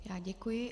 Děkuji.